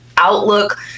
Outlook